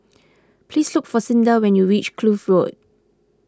please look for Cinda when you reach Kloof Road